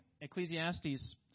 Ecclesiastes